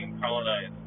colonized